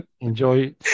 enjoy